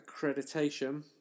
accreditation